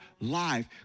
life